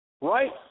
right